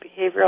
behavioral